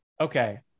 okay